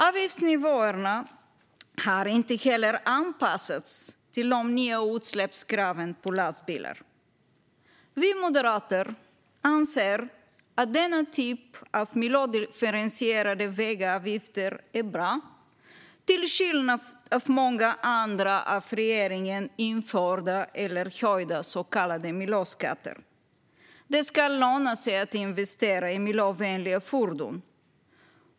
Avgiftsnivåerna har inte heller anpassats till de nya utsläppskraven på lastbilar. Vi moderater anser att denna typ av miljödifferentierade vägavgifter är bra, till skillnad från många andra av regeringen införda eller höjda så kallade miljöskatter. Det ska löna sig att investera i miljövänliga fordon.